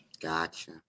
Gotcha